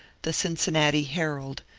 the cincinnati herald,